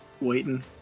waiting